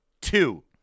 two